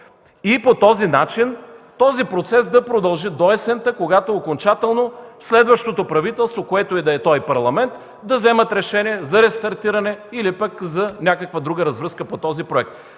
и по този начин процесът да продължи до есента, когато окончателно следващото правителство, което и да е то, и парламент да вземат решение за рестартиране или пък за някаква друга развръзка по този проект.